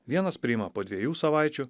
vienas priima po dviejų savaičių